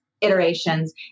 iterations